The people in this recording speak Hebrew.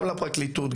גם לפרקליטות,